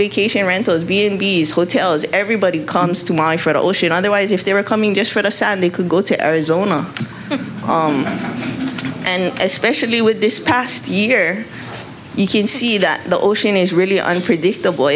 vacation rentals being b s hotels everybody comes to mind for the ocean otherwise if they were coming just for the sand they could go to arizona and especially with this past year you can see that the ocean is really unpredictable